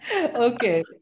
okay